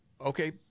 Okay